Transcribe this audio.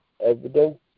evidence